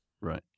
Right